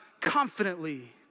confidently